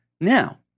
Now